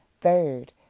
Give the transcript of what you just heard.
Third